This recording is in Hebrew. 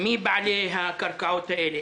מי בעלי הקרקעות האלה,